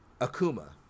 Akuma